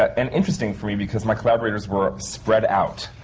and interesting for me, because my collaborators were spread out.